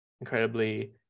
incredibly